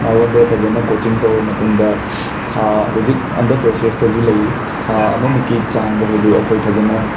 ꯃꯉꯣꯟꯗ ꯐꯖꯅ ꯀꯣꯆꯤꯡ ꯇꯧꯔꯕ ꯃꯇꯨꯡꯗ ꯊꯥ ꯍꯧꯖꯤꯛ ꯑꯟꯗꯔ ꯄ꯭ꯔꯣꯁꯦꯁꯇꯁꯨ ꯂꯩꯔꯤ ꯊꯥ ꯑꯃꯃꯨꯛꯀꯤ ꯆꯥꯡꯗ ꯍꯧꯖꯤꯛ ꯑꯩꯈꯣꯏ ꯐꯖꯅ